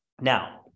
Now